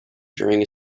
during